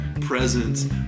presence